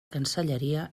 cancelleria